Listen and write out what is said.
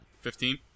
Fifteen